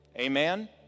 Amen